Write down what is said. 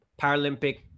Paralympic